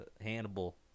Hannibal